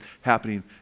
happening